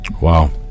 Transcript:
Wow